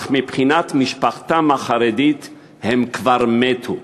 אך מבחינת משפחתם החרדית הם כבר מתו.